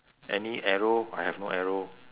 any arrow I have no arrow